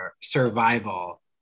survival